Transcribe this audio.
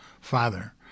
father